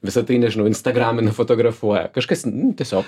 visa tai nežinau instagramina fotografuoja kažkas nu tiesiog